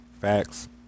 facts